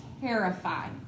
terrified